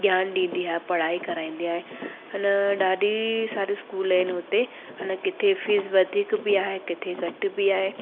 ज्ञान ॾींदी आहे पढ़ाई कराईंदी आहे हिन ॾाढी सारी स्कूल आहिनि हुते हुन किथे फीस वधीक बि आहे किथे घटि बि आहे